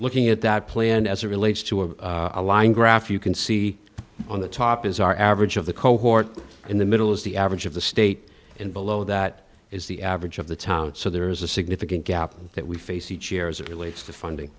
looking at that plant as a relates to a a line graph you can see on the top is our average of the cohort in the middle is the average of the state and below that is the average of the town so there is a significant gap that we face each year as it relates to funding